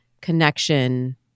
connection